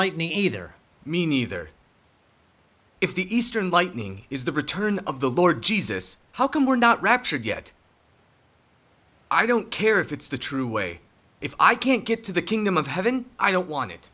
lightning either mean either if the eastern lightning is the return of the lord jesus how come we're not raptured yet i don't care if it's the true way if i can't get to the kingdom of heaven i don't want it